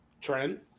Trent